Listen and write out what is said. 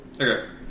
Okay